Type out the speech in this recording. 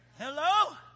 Hello